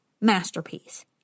masterpiece